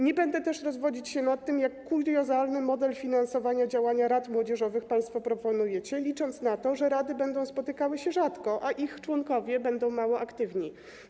Nie będę też rozwodzić się nad tym, jak kuriozalny model finansowania działania rad młodzieżowych państwo proponujecie, licząc na to, że rady będą spotykały się rzadko, a ich członkowie będą mało aktywni.